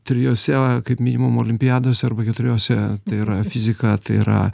trijose kaip minimum olimpiadose arba keturiose tai yra fizika tai yra